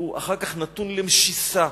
הוא אחר כך נתון למשיסה,